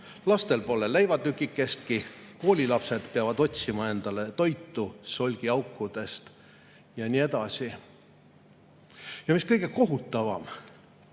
Lastel pole leivatükikestki. Koolilapsed peavad otsima endale toitu solgiaukudest ja nii edasi. Ja mis on kõige kohutavam,